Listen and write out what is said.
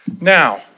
Now